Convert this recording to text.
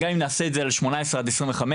גם אם נעשה את זה שמונה עשרה עד עשרים וחמש,